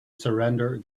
surrender